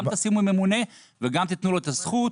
גם תשימו ממונה וגם תיתנו לו את הזכות